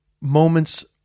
moments